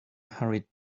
hurried